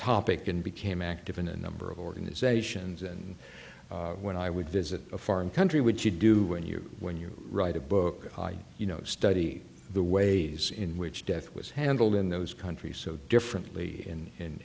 topic and became active in a number of organisations and when i would visit a foreign country would you do when you when you write a book you know study the ways in which death was handled in those countries so differently in